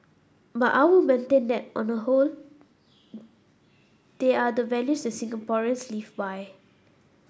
but I would maintain that on the whole they are the values a Singaporeans live by